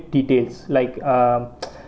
like err